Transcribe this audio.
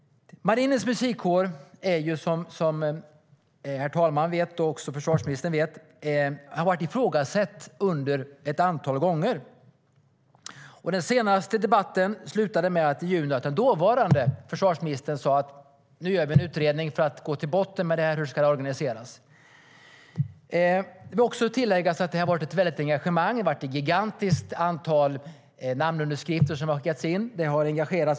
Marinens musikkår har, som herr talmannen och försvarsministern vet, varit ifrågasatt ett antal gånger. Den senaste debatten slutade med att dåvarande försvarsministern sa att det skulle göras en utredning för att gå till botten med hur det ska organiseras. Det ska tilläggas att det har varit ett stort engagemang för detta. Ett stort antal namnunderskrifter har skickats in.